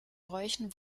bräuchen